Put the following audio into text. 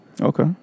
okay